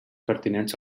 pertinents